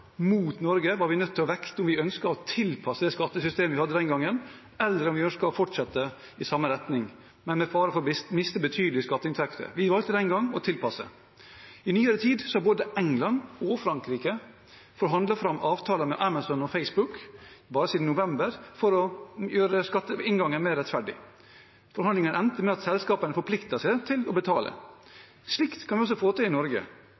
mot Norge var vi nødt til å vekte om vi ønsket å tilpasse oss det skattesystemet vi hadde den gangen, eller om vi ønsket å fortsette i samme retning, med fare for å miste betydelige skatteinntekter. Vi valgte den gangen å tilpasse oss. I nyere tid, bare siden november, har både England og Frankrike forhandlet fram avtaler med Amazon og Facebook, for å gjøre skatteinngangen mer rettferdig. Forhandlingene endte med at selskapene forpliktet seg til å betale. Slikt kan vi også få til i Norge,